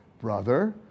brother